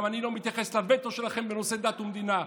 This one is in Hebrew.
גם אני לא מתייחס לווטו שלכם בנושא דת ומדינה.